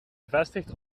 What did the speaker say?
gevestigd